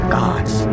gods